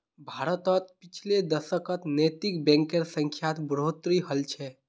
भारतत पिछले दशकत नैतिक बैंकेर संख्यात बढ़ोतरी हल छ